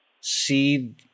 see